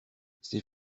ces